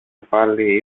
πάλι